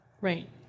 Right